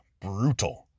brutal